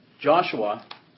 Joshua